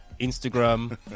Instagram